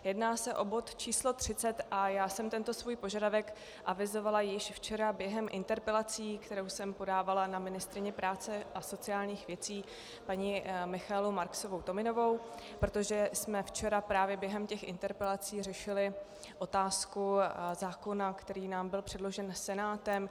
Jedná se o bod číslo 30 a já jsem tento svůj požadavek avizovala již včera během interpelace, kterou jsem podávala na ministryni práce a sociálních věcí paní Michaelu MarksovouTominovou, protože jsme včera právě během interpelací řešili otázku zákona, který nám byl předložen Senátem.